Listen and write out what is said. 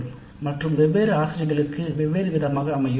மேலும் அந்த சர்வே ஆனது வெவ்வேறு ஆசிரியர்களுக்கு வெவ்வேறு விதமாக அமையும்